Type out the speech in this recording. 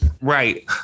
Right